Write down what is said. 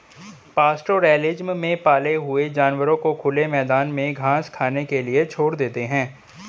pastoralism में पाले हुए जानवरों को खुले मैदान में घास खाने के लिए छोड़ देते है